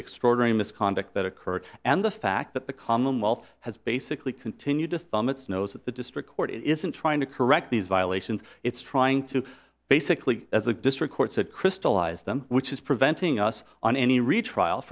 extraordinary misconduct that occurred and the fact that the commonwealth has basically continued to thumb its nose at the district court isn't trying to correct these violations it's trying to basically as a district court said crystalized them which is preventing us on any re